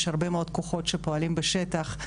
יש הרבה מאוד כוחות שפועלים בשטח.